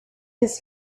his